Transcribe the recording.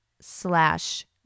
slash